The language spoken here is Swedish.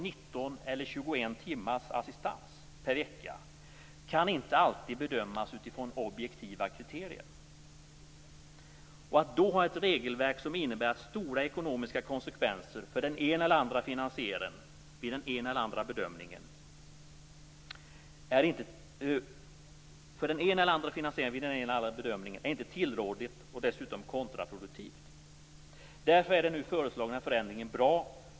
eller 21 timmars assistans per vecka kan inte alltid göras utifrån objektiva kriterier. Att då ha ett regelverk som innebär stora ekonomiska konsekvenser för den ena eller den andra finansiären vid den ena eller den andra bedömningen är inte tillrådligt. Dessutom är det kontraproduktivt. Därför är den nu föreslagna förändringen bra.